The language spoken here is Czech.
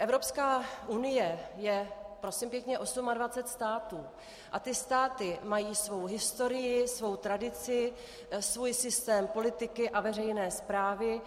Evropská unie je, prosím pěkně, 28 států a ty státy mají svou historii, svou tradici, svůj systém politiky a veřejné správy.